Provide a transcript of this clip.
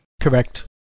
Correct